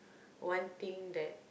one thing that